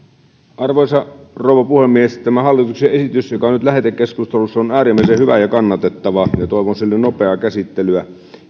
arvoisa rouva puhemies tämä hallituksen esitys joka on nyt lähetekeskustelussa on äärimmäisen hyvä ja kannatettava toivon sille nopeaa käsittelyä